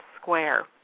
square